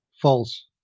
False